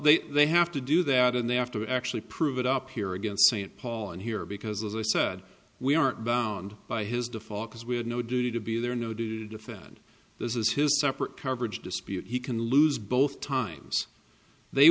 they they have to do that and they have to actually prove it up here against st paul and here because as i said we aren't bound by his default because we have no duty to be there no to defend this is his separate coverage dispute he can lose both times they